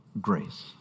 grace